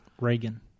reagan